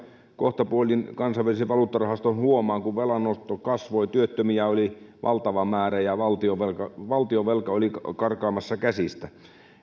kohtapuoliin kansainvälisen valuuttarahaston huomaan kun velanotto kasvoi työttömiä oli valtava määrä ja valtionvelka valtionvelka oli karkaamassa käsistä